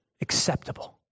acceptable